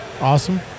awesome